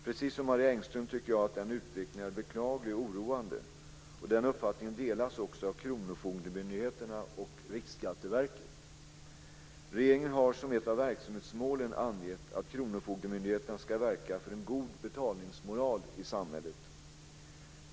Precis som Marie Engström tycker jag att den utvecklingen är beklaglig och oroande, och den uppfattningen delas också av kronofogdemyndigheterna och Riksskatteverket. Regeringen har som ett av verksamhetsmålen angett att kronofogdemyndigheterna ska verka för en god betalningsmoral i samhället.